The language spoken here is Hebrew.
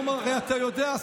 הרי אתה יודע,